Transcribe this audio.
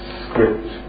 script